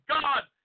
God